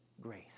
grace